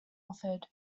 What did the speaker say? offered